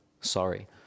sorry